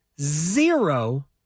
zero